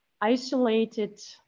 isolated